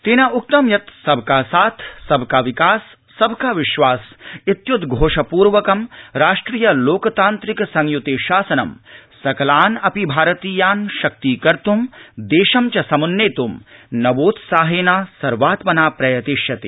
तेनोक्तं यत् सबका साथ सबका विकास सबका विश्वास इत्य्द्धोष पूर्वकं राष्ट्रिय लोकतान्त्रिक संय्ति शासनं सकलान् अपि भारतीयान् शक्तीकर्त् देशं च सम्न्नेत् नवोत्साहेन सर्वात्मना प्रयतिष्यते